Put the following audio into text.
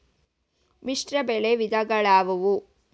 ಮಿಶ್ರಬೆಳೆ ವಿಧಗಳಾವುವು?